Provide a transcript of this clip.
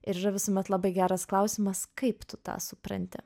ir yra visuomet labai geras klausimas kaip tu tą supranti